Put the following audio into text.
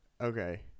Okay